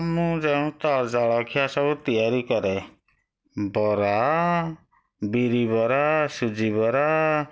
ମୁଁ ଯେଉଁ ତ ଜଳଖିଆ ସବୁ ତିଆରି କରେ ବରା ବିରି ବରା ସୁଜି ବରା